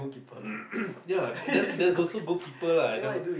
ya then there's also goalkeeper lah and they will